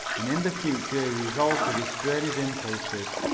and in the future he resolved to restrain his impulses.